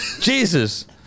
Jesus